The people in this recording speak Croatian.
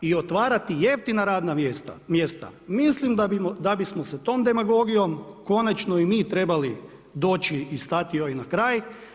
I otvarati jeftina radna mjesta, mislim da bismo se tom demagogijom konačni i mi trebali doći i stati joj na kraj.